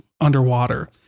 underwater